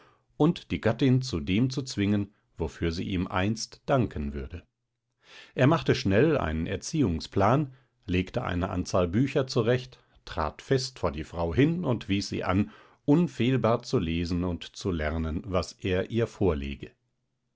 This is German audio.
und die gattin zu dem zu zwingen wofür sie ihm einst danken würde er machte schnell einen erziehungsplan legte eine anzahl bücher zurecht trat fest vor die frau hin und wies sie an unfehlbar zu lesen und zu lernen was er ihr vorlege